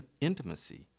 intimacy